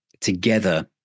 together